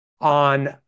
on